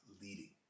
leading